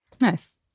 Nice